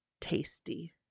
Tasty